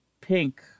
Pink